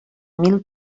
mil